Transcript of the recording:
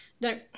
No